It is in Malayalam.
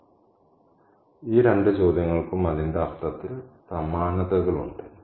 അതിനാൽ ഈ രണ്ട് ചോദ്യങ്ങൾക്കും അതിന്റെ അർത്ഥത്തിൽ സമാനതകൾ ഉണ്ട്